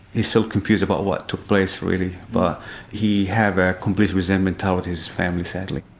he's still confused about what took place, really, but he have a complete resentment toward his family, sadly.